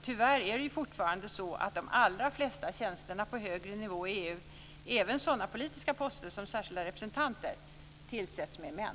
Tyvärr är det ju fortfarande så att de allra flesta tjänsterna på högre nivå i EU, även sådana politiska poster som särskilda representanter, tillsätts med män.